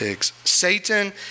Satan